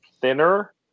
thinner